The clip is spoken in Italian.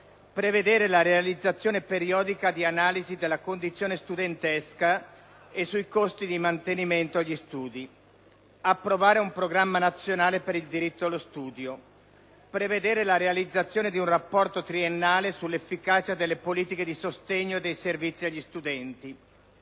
prevedere la realizzazione periodica di analisi della condizione studentesca e sui costi di mantenimento agli studi; approvare un Programma nazionale per il diritto allo studio; prevedere la realizzazione di un rapporto triennale sull’efficacia delle politiche di sostegno e dei servizi agli studenti;